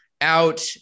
out